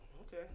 Okay